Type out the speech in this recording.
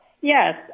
Yes